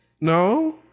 No